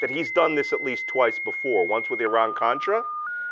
that he's done this at least twice before. once with iran-contra